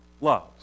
loves